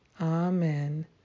Amen